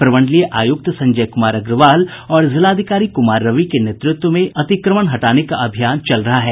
प्रमंडलीय आयुक्त संजय कुमार अग्रवाल और जिलाधिकारी कुमार रवि के नेतृत्व में अतिक्रमण हटाने का अभियान चल रहा है